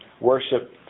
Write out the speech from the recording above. worship